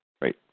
Right